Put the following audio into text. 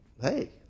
hey